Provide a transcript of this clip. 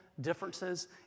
differences